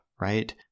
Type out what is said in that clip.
right